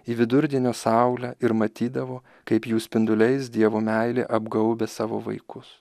į vidurdienio saulę ir matydavo kaip jų spinduliais dievo meilė apgaubia savo vaikus